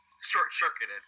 short-circuited